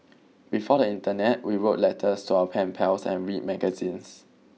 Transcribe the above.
before the internet we wrote letters to our pen pals and read magazines